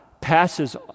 passes